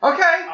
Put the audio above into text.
Okay